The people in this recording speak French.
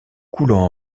coulant